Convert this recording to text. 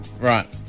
right